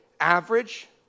average